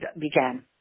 began